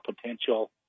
potential